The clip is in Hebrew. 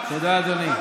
תודה, אדוני.